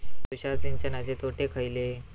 तुषार सिंचनाचे तोटे खयले?